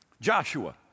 Joshua